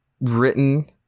written